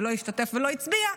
ולא השתתף ולא הצביע,